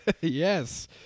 Yes